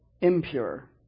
impure